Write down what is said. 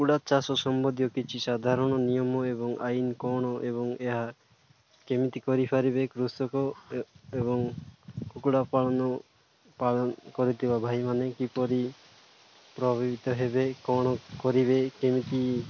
କୁକୁଡ଼ା ଚାଷ ସମ୍ବନ୍ଧୀୟ କିଛି ସାଧାରଣ ନିୟମ ଏବଂ ଆଇନ କ'ଣ ଏବଂ ଏହା କେମିତି କରିପାରିବେ କୃଷକ ଏବଂ କୁକୁଡ଼ା ପାଳନ ପାଳନ କରିଥିବା ଭାଇମାନେ କିପରି ପ୍ରଭାବିତ ହେବେ କ'ଣ କରିବେ କେମିତି